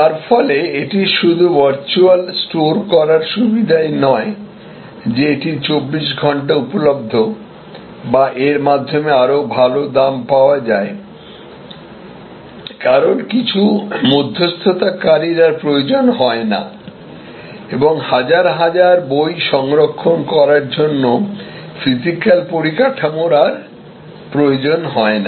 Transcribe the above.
এর ফলে এটি শুধু ভার্চুয়াল স্টোর করার সুবিধাই নয় যে এটি 24 ঘন্টা উপলভ্য বা এর মাধ্যমে আরও ভাল দাম পাওয়া যায় কারণ কিছু মধ্যস্থতাকারীর আর প্রয়োজন হয় না এবং হাজার হাজার বই সংরক্ষণ করার জন্য ফিজিক্যাল পারিকাঠামোর আর প্রয়োজন হয় না